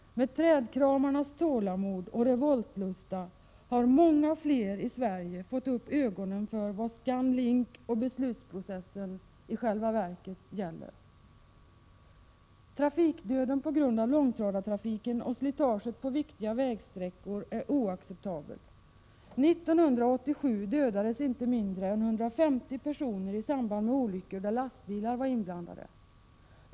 Med trädkramarnas tålamod och revoltlusta har många fler i Sverige fått upp ögonen för vad ScanLink och beslutsprocessen i själva verket gäller. Trafikdöden på grund av långtradartrafiken och slitaget på viktiga vägsträckor kan inte accepteras. 1987 dödades inte mindre än 150 personer i samband med olyckor där lastbilar var inblandade.